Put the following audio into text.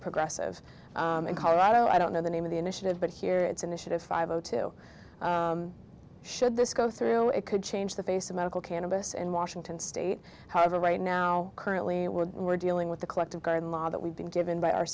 progressive in colorado i don't know the name of the initiative but here it's initiative five o two should this go through it could change the face of medical cannabis in washington state however right now currently we're we're dealing with the collective good law that we've been given by our